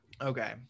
okay